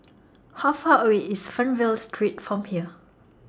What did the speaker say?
How Far away IS Fernvale Street from here